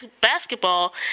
Basketball